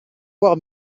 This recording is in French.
voir